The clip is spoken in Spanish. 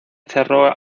cerró